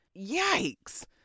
Yikes